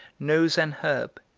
knows an herb,